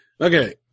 Okay